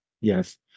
yes